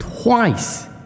Twice